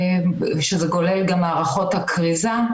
שזה כולל גם את מערכות הכריזה.